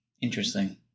Interesting